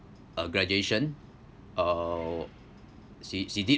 uh graduation uh she she did